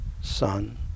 son